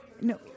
no